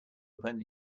open